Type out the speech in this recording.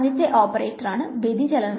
ആദ്യത്തെ ഓപ്പറേറ്ററാണ് വ്യതിചലനം